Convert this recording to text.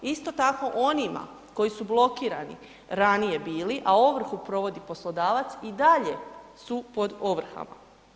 Isto tako onima koji su blokirani ranije bili, a ovrhu provodi poslodavac i dalje su pod ovrhama.